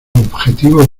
objetivo